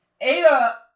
Ada